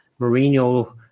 Mourinho